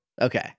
okay